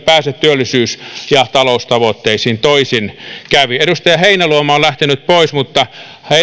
pääse työllisyys ja taloustavoitteisiin toisin kävi edustaja heinäluoma on lähtenyt pois mutta